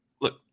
Look